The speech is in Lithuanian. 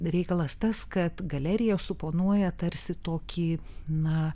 reikalas tas kad galerija suponuoja tarsi tokį na